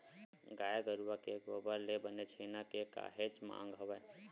गाय गरुवा के गोबर ले बने छेना के काहेच मांग हवय